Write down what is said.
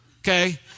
Okay